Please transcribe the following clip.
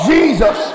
Jesus